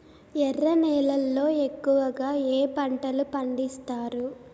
ఎర్ర నేలల్లో ఎక్కువగా ఏ పంటలు పండిస్తారు